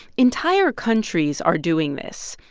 entire countries are doing this.